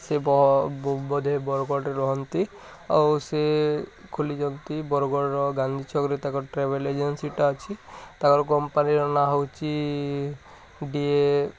ସେ ବୋଧେ ବରଗଡ଼ରେ ରହନ୍ତି ଆଉ ସେ ଖୋଲିଛନ୍ତି ବରଗଡ଼ର ଗାନ୍ଧୀ ଛକରେ ତାଙ୍କର ଟ୍ରାଭେଲ୍ ଏଜେନ୍ସିଟା ଅଛି ତା'ର କମ୍ପାନୀର ନାଁ ହେଉଛି ଡିଏ